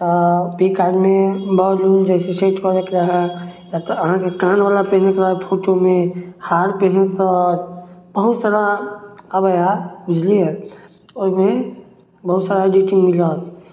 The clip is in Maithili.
तऽ पिक ऐपमे बाल उल जैसे सेट करयके हए अहाँके कानवला पहिनेके हए फोटोमे हार पहिनेके हए बहुत सारा अबै हए बुझलियै ओहिमे बहुत सारा एडिटिंग मिलत